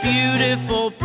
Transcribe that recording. Beautiful